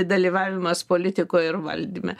dalyvavimas politikoj ir valdyme